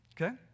Okay